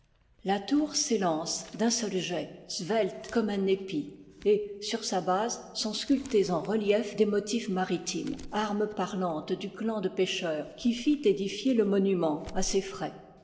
la tour s'élance d'un seul jet svelte comme un épi et sur sa base sont sculptés en relief des motifs maritimes armes parlantes du clan de pêcheurs qui fit édifier le monument à ses frais